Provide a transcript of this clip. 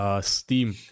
Steam